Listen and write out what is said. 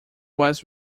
was